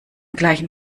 gleichen